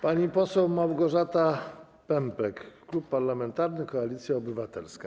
Pani poseł Małgorzata Pępek, Klub Parlamentarny Koalicja Obywatelska.